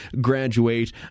graduate